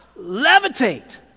levitate